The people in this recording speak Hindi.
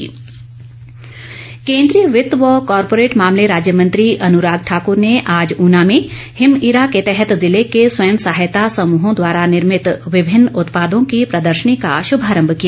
अनुराग ठाकुर केंद्रीय वित्त व कॉरपोरेट मामले राज्य मंत्री अनुराग ठाक्र ने आज ऊना में हिमइरा के तहत जिले के स्वयं सहायता समूहों द्वारा निर्मित विभिन्न उत्पादों की प्रदर्शनी का शुभारंभ किया